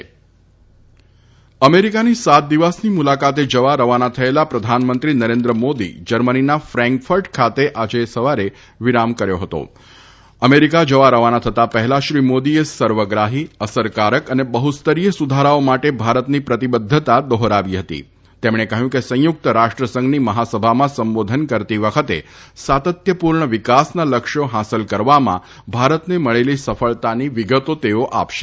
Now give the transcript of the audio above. ઁસ ેંજીંંજીંં અમેરિકાની સાત દિવસની મુલાકાતે જવા રવાના થયેલા પ્રધાનમંત્રી નરેન્દ્ર માદી જર્મનીના ફેન્કફર્ટ ખાતે આજે સવારે વિરામ કર્યો હતા અમેરીકા જવા રવાના થતા પહેલા શ્રી માદીએ સર્વગ્રાહી અસરકારક અને બહુસ્તરીય સુધારાઓ માટે ભારતની પ્રતિબદ્વતા દાજરાવી તેમણે કહ્વું કે સંયુક્ત રાષ્ટ્રસંઘની મહાસભામાં સંબાધન કરતી વખતે સાતત્યપૂર્ણ વિકાસના લક્ષ્ય હાંસલ કરવામાં ભારતને મળેલી સફળતાની વિગત આપશે